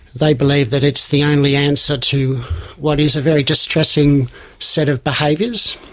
they believe that it's the only answer to what is a very distressing set of behaviours,